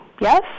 Yes